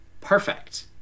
perfect